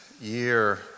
year